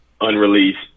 unreleased